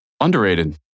Underrated